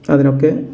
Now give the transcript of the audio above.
അതിനൊക്കെ